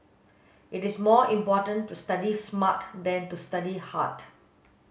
it is more important to study smart than to study hard